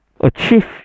achieve